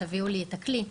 תביאו לי את הכלי.